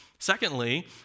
Secondly